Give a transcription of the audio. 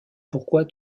pourquoi